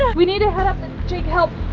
we need to head up the, jake, help.